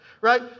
right